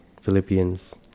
Philippians